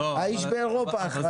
האיש באירופה.